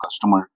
customer